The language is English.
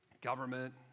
government